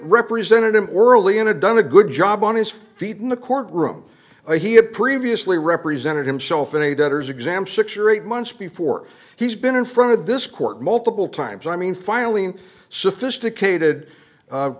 represented him early on a done a good job on his feet in the court room he had previously represented himself in a debtors exam six or eight months before he's been in front of this court multiple times i mean filing sophisticated